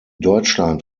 deutschland